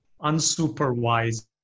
unsupervised